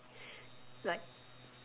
like